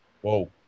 Whoa